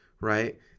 right